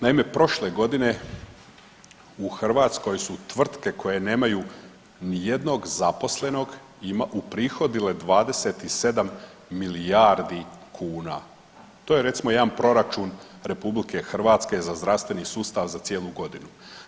Naime, prošle godine u Hrvatskoj su tvrtke koje nemaju nijednog zaposlenog uprihodile 27 milijardi kuna, to je recimo jedan proračun RH za zdravstveni sustav za cijelu godinu.